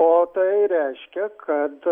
o tai reiškia kad